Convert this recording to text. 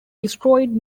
destroyed